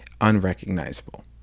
unrecognizable